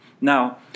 Now